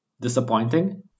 disappointing